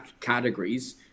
categories